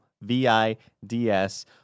V-I-D-S